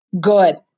good